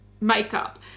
makeup